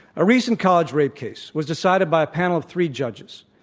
a recent college rape case was decided by a panel of three judges,